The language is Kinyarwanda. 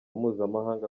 mpuzamahanga